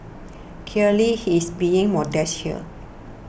clearly he's being modest here